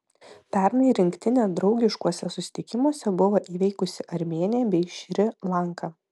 pernai rinktinė draugiškuose susitikimuose buvo įveikusi armėniją bei šri lanką